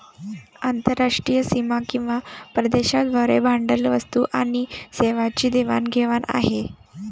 आंतरराष्ट्रीय सीमा किंवा प्रदेशांद्वारे भांडवल, वस्तू आणि सेवांची देवाण घेवाण आहे